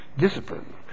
Discipline